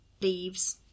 leaves